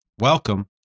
welcome